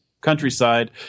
countryside